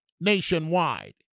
nationwide